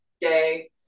day